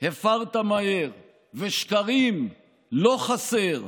הפרת מהר / ושקרים, לא חסר.